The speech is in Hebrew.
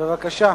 בבקשה.